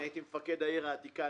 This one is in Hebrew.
הייתי מפקד העיר עתיקה,